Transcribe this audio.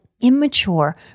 immature